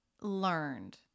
learned